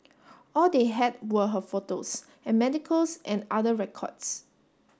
all they had were her photos and medicals and other records